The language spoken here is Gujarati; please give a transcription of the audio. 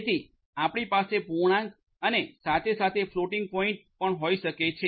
તેથી આપણી પાસે પૂર્ણાંક અને સાથે સાથે ફ્લોટિંગ પોઇન્ટ પણ હોઈ શકે છે